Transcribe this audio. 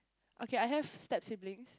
okay I have step siblings